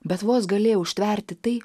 bet vos galėjau ištverti tai